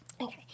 Okay